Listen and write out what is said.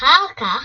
אחר כך,